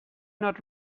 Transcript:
not